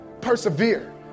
Persevere